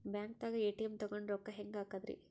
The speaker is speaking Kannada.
ಬ್ಯಾಂಕ್ದಾಗ ಎ.ಟಿ.ಎಂ ತಗೊಂಡ್ ರೊಕ್ಕ ಹೆಂಗ್ ಹಾಕದ್ರಿ?